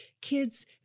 kids